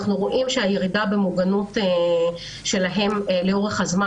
אנחנו רואים שהירידה במוגנות שלהם לאורך זמן,